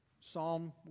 Psalm